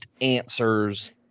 answers